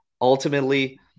Ultimately